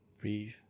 Breathe